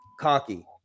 Cocky